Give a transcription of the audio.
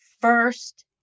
first